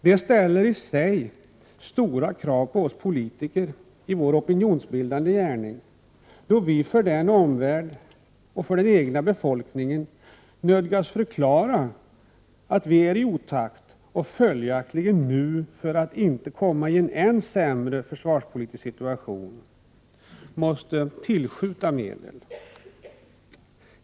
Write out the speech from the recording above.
Detta ställer stora krav på oss politiker i vår opinionsbildande gärning, då vi för omvärlden och för den egna befolkningen nödgas förklara att vi är i otakt och följaktligen nu, för att inte komma i en ännu sämre försvarspolitisk situation, måste tillskjuta medel.